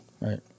Right